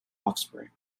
offspring